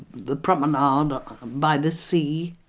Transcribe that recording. the promenade um and by the sea,